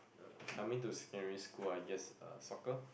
coming to secondary school I guess uh soccer